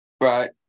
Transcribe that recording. Right